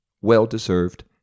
well-deserved